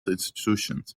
institutions